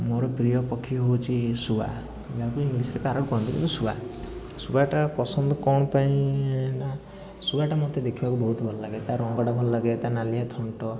ମୋର ପ୍ରିୟ ପକ୍ଷୀ ହଉଛି ଶୁଆ ଯାହାକୁ ଇଂଲିଶ୍ ରେ ପ୍ୟାରଟ୍ କୁହନ୍ତି କିନ୍ତୁ ଶୁଆ ଶୁଆଟା ପସନ୍ଦ କ'ଣ ପାଇଁ ନା ଶୁଆଟା ମୋତେ ଦେଖିବାକୁ ବହୁତ ଭଲ ଲାଗେ ତା' ରଙ୍ଗଟା ଭଲ ଲାଗେ ତା' ନାଲିଆ ଥଣ୍ଟ